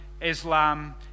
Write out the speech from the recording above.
Islam